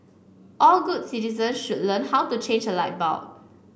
all good citizens should learn how to change a light bulb